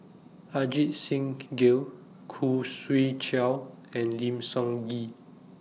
Ajit Singh Gill Khoo Swee Chiow and Lim Sun Gee